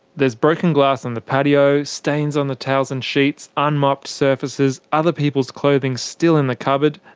there's broken glass on the patio. stains on the towels and sheets. unmopped surfaces. other people's clothing still in the cupboard.